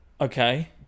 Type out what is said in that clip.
Okay